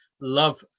love